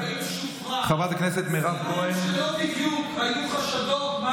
האיש שוחרר, לא בדיוק היו חשדות.